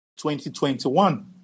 2021